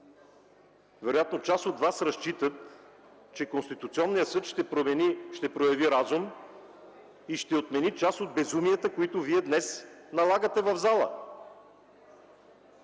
Вероятно част от Вас разчитат, че Конституционният съд ще прояви разум и ще отмени част от безумията, които Вие днес налагате в залата.